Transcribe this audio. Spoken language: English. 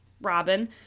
Robin